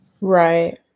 Right